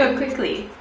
ah quickly?